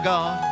God